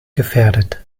gefährdet